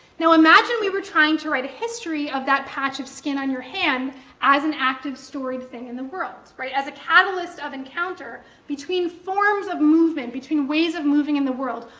now imagine we were trying to write a history of that patch of skin on your hand as an active, storied thing in the world, as a catalyst of encounter between forms of movement, between ways of moving in the world.